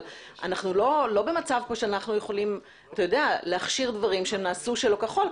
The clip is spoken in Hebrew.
אבל אנו לא במצב שבו אנו יכולים להכשיר דברים שנעשו שלא כחוק.